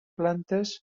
plantes